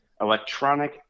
electronic